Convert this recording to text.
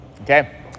okay